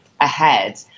ahead